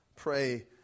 pray